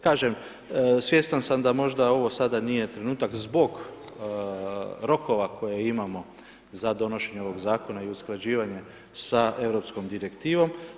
Kažem, svjestan sam da možda ovo nije trenutak zbog rokova koje imamo za donošenje ovog zakona i usklađivanje sa europskom direktivom.